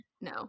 No